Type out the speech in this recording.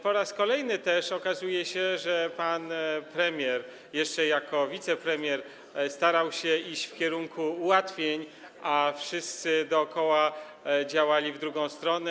Po raz kolejny też okazuje się, że pan premier jeszcze jako wicepremier starał się iść w kierunku ułatwień, a wszyscy dookoła działali w drugą stronę.